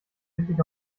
endlich